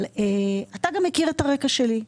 אבל אתה גם מכיר את הרקע שלי,